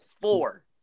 Four